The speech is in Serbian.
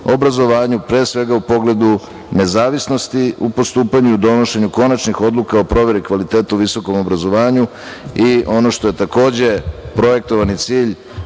obrazovanju, pre svega u pogledu nezavisnosti u postupanju i donošenju konačnih odluka o proveri kvaliteta u visokom obrazovanju. Ono što je takođe projektovani cilj